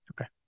Okay